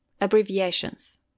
Abbreviations